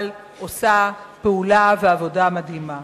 אבל עושה פעולה ועבודה מדהימה.